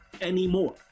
anymore